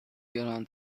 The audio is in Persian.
گران